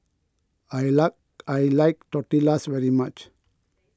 I like I like Tortillas very much